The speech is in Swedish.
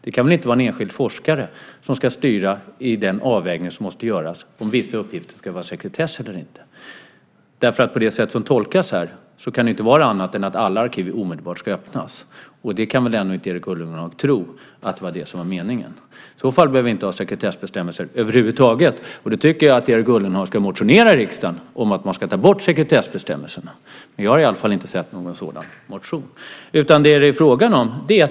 Det kan väl inte vara en enskild forskare som ska styra den avvägning som måste göras när det gäller om vissa uppgifter ska vara sekretessbelagda eller inte. Det sätt som det här tolkas på kan ju inte innebära något annat än att alla arkiv omedelbart ska öppnas. Och Erik Ullenhag kan väl ändå inte tro att det var det som var meningen? I så fall behöver vi inte ha sekretessbestämmelser över huvud taget. Då tycker jag att Erik Ullenhag ska motionera i riksdagen om att man ska ta bort sekretessbestämmelserna. Jag har inte sett någon sådan motion.